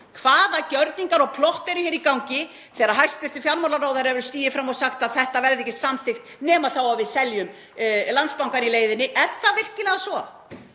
Hvaða gjörningar og plott eru í gangi þegar hæstv. fjármálaráðherra stígur fram og segir að þetta verði ekki samþykkt nema þá að við seljum Landsbankann í leiðinni? Er það virkilega svo,